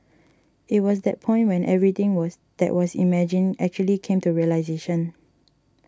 it was that point when everything was that was imagined actually came to realisation